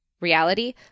reality